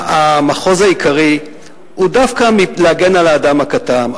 המחוז העיקרי הוא דווקא להגן על האדם הקטן,